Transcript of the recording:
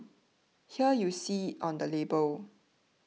here you see on the label